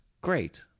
great